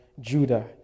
Judah